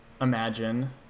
Imagine